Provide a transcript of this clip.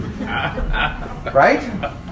Right